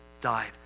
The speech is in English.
died